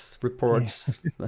reports